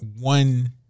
one